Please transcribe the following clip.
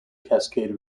cascade